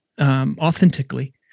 authentically